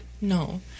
No